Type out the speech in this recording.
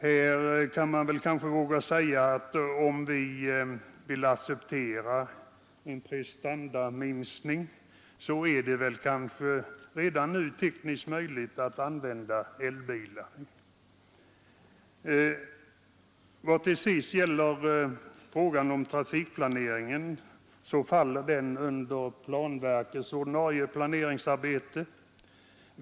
Här kan man väl våga säga, att om vi vill acceptera en prestandaminskning så är det kanske redan nu tekniskt möjligt att använda elbilar. Vad till sist gäller trafikplaneringen så faller den under planverkets ordinarie planeringsarbete.